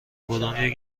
کدامیک